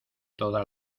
toda